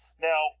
Now